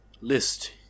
list